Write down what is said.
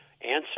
answer